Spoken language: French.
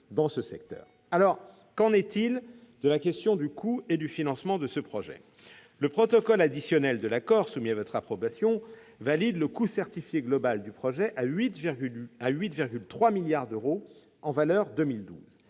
Qu'en est-il de la question du coût et du financement de ce projet ? Le protocole additionnel de l'accord soumis à votre approbation valide le coût certifié global du projet à 8,3 milliards d'euros en valeur 2012.